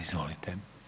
Izvolite.